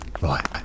Right